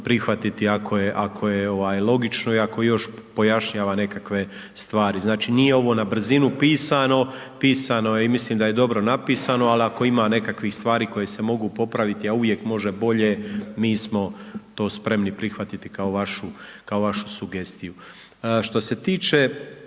prihvatiti ako je ovaj logično i ako još pojašnjava nekakve stvari. Znači nije ovo na brzinu pisano, pisano je i mislim da je dobro napisano, ali ako ima nekakvih stvari koje se mogu popraviti, a uvijek može bolje, mi smo to spremni prihvatiti kao vašu, kao vašu sugestiju. Što se tiče